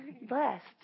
Blessed